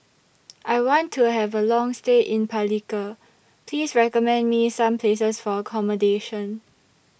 I want to Have A Long stay in Palikir Please recommend Me Some Places For accommodation